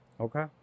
okay